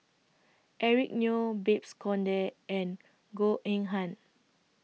Eric Neo Babes Conde and Goh Eng Han